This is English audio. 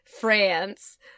France